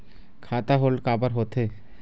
खाता होल्ड काबर होथे?